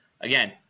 again